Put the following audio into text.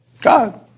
God